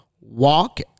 walk